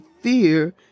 fear